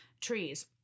trees